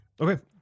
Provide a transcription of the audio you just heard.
Okay